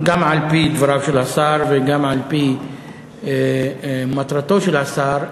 גם על-פי דבריו של השר וגם על-פי מטרתו של השר,